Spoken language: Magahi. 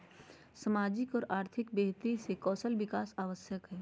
सामाजिक और आर्थिक बेहतरी ले कौशल विकास आवश्यक हइ